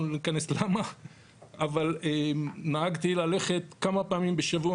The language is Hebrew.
לא ניכנס לסיבות למה אבל נהגתי ללכת כמה פעמים בשבוע